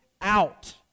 out